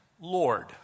Lord